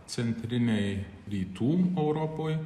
centrinėj rytų europoj